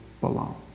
belong